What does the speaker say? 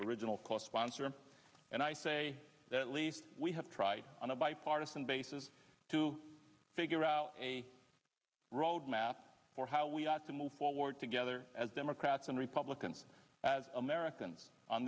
original cost sponsor and i say that at least we have tried on a bipartisan basis to figure out a roadmap for how we got to move forward together as democrats and republicans as americans on